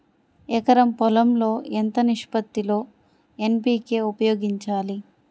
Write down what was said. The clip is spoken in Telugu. ఎకరం పొలం లో ఎంత నిష్పత్తి లో ఎన్.పీ.కే ఉపయోగించాలి?